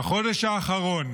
בחודש האחרון,